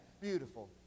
beautiful